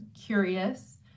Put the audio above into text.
curious